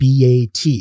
BAT